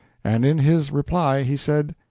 and in his reply he said,